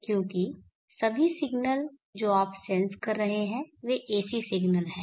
क्योंकि सभी सिग्नल जो आप सेंस कर रहे हैं वे AC सिग्नल हैं